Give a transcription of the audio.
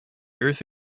earth